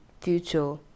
future